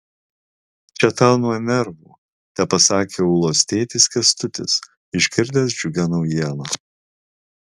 čia tau nuo nervų tepasakė ulos tėtis kęstutis išgirdęs džiugią naujieną